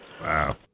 Wow